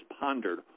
pondered